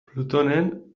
plutonen